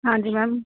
ਹਾਂਜੀ ਮੈਮ